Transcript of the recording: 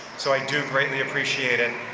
so i do greatly appreciate it.